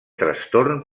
trastorn